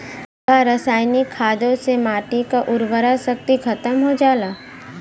का रसायनिक खादों से माटी क उर्वरा शक्ति खतम हो जाला?